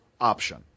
option